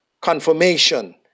confirmation